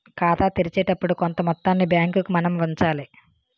ఖాతా తెరిచేటప్పుడు కొంత మొత్తాన్ని బ్యాంకుకు మనం ఉంచాలి